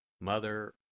Mother